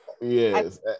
Yes